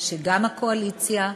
שגם הקואליציה,